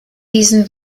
diesen